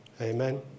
Amen